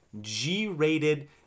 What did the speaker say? G-rated